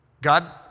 God